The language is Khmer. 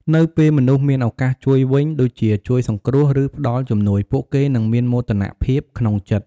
នៅពេលមនុស្សមានឱកាសជួយវិញ ដូចជា ជួយសង្គ្រោះ ឬផ្តល់ជំនួយ ពួកគេនឹងមានមោទនភាពក្នុងចិត្ត។